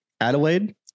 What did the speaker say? Adelaide